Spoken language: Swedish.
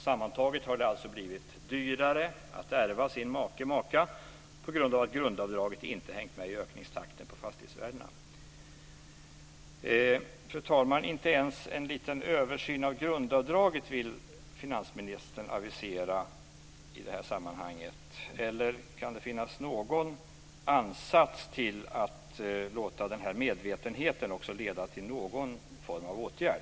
Sammantaget har det alltså blivit dyrare att ärva sin make eller maka på grund av att grundavdraget inte hängt med i ökningstakten för fastighetsvärdena. Fru talman! Inte ens en liten översyn av grundavdraget vill finansministern avisera i det här sammanhanget. Eller kan det finnas en ansats till att låta den här medvetenheten också leda till någon form av åtgärd?